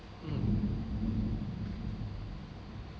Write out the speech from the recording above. mm